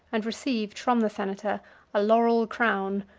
and received from the senator a laurel crown,